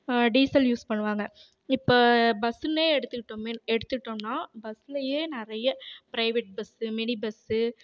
diesel use பண்ணுவாங்க இப்போ பஸ்ஸுன்னு எடுத்துக்கிட்டோமேன் எடுத்துகிட்டோன்னா பஸ்லேயே நிறைய பிரைவேட் பஸ் மினி பஸ்